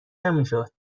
نمیشد